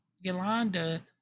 Yolanda